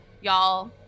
y'all